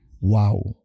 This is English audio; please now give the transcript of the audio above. wow